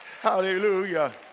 Hallelujah